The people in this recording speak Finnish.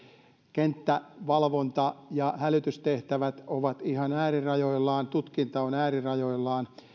kenttävalvonta ja hälytystehtävät ovat ihan äärirajoillaan tutkinta on äärirajoillaan